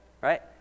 right